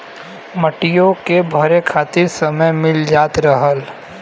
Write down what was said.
मटियो के भरे खातिर समय मिल जात रहल